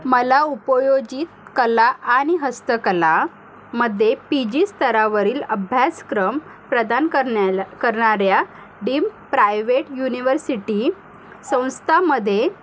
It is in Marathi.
मला उपयोजित कला आणि हस्तकलामध्ये पी जी स्तरावरील अभ्यासक्रम प्रदान करण्याला करणाऱ्या डीम प्रायवेट युनिवर्सिटी संस्थामध्ये